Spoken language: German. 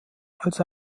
als